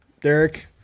Derek